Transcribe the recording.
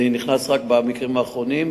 זה נכנס רק במקרים האחרונים.